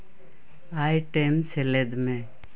item ᱥᱮᱞᱮᱫᱽ ᱢᱮ